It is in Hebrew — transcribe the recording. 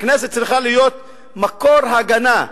הכנסת צריכה להיות מקור הגנה,